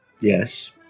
Yes